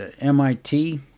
MIT